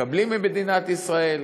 מקבלים ממדינת ישראל